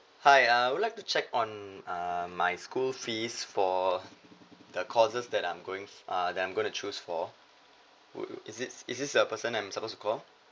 hi uh I would like to check on uh my school fees for the courses that I'm going uh that I'm going to choose for would is it is this the person I'm supposed to call